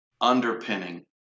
underpinning